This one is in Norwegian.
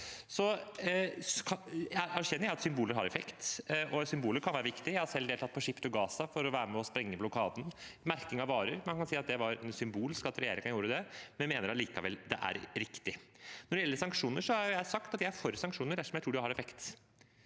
Jeg erkjenner at symboler har effekt, og symboler kan være viktige. Jeg har selv deltatt på Ship to Gaza for å være med og sprenge blokaden. Når det gjelder merking av varer, kan man si at det var symbolsk at regjeringen gjorde det, men vi mener allikevel det er riktig. Når det gjelder sanksjoner, har jeg sagt at jeg er for sanksjoner dersom jeg tror det har effekt.